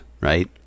right